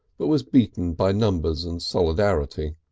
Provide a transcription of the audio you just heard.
but was beaten by numbers and solidarity.